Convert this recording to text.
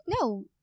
No